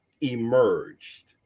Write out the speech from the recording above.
emerged